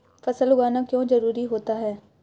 फसल उगाना क्यों जरूरी होता है?